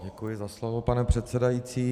Děkuji za slovo, pane předsedající.